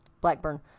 Blackburn